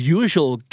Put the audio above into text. usual